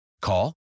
Call